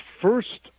first